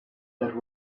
that